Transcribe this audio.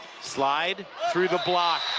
slide through the block.